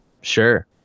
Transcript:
sure